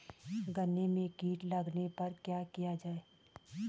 गन्ने में कीट लगने पर क्या किया जाये?